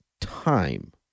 time